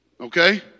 Okay